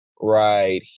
right